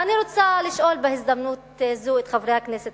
ואני רוצה לשאול בהזדמנות זו את חברי הכנסת